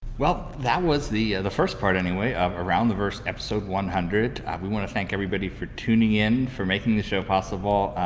well that was the the first part anyway, of around the verse episode one hundred we want to thank everybody for tuning in making this show possible,